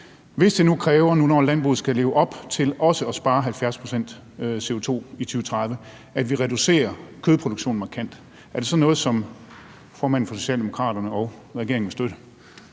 Hvis det nu kræver – når også landbruget nu skal leve op til at spare 70 pct. CO2 i 2030 – at vi reducerer kødproduktionen markant, er det så noget, som formanden for Socialdemokraterne og regeringen støtter?